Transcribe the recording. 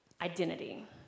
Identity